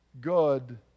good